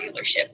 dealership